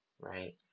right